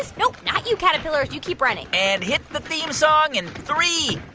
ah nope, not you, caterpillars. you keep running and hit the theme song and three,